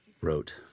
wrote